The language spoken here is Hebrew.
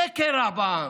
זה קרע בעם,